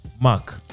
mark